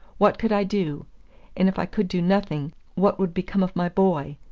what could i do? and if i could do nothing, what would become of my boy?